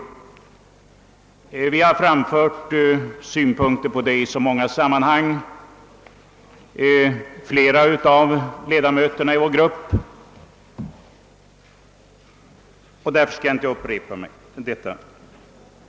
Flera av medlemmarna i vår grupp har framfört synpunkter på detta i så många sammanhang och därför skall jag inte upprepa detta.